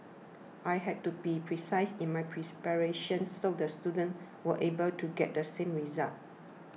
I have to be precise in my preparations so the students were able to get the same results